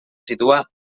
situa